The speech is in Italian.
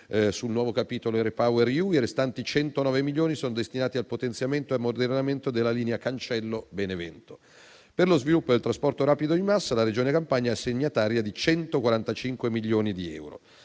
sul nuovo capitolo REPowerEU e i restanti 109 milioni sono destinati al potenziamento e ammodernamento della linea Cancello-Benevento. Per lo sviluppo del trasporto rapido di massa, la Regione Campania è assegnataria di 145 milioni di euro.